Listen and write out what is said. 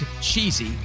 cheesy